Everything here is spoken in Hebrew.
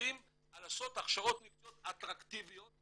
הצרפתים לעשות הכשרות מקצועיות אטרקטיביות,